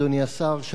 אדוני השר,